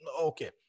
Okay